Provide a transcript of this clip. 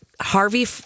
Harvey